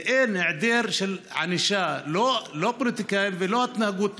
ואין, היעדר של ענישה, לא פוליטיקאים ולא התנהגות.